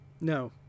No